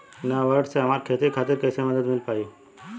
नाबार्ड से हमरा खेती खातिर कैसे मदद मिल पायी?